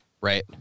Right